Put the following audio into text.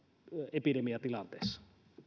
epidemiatilanteessa